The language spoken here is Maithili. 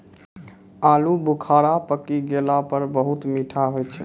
आलू बुखारा पकी गेला पर बहुत मीठा होय छै